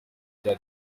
bya